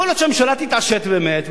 יכול להיות שהממשלה תתעשת באמת,